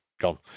gone